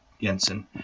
Jensen